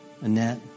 Annette